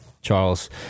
Charles